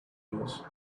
years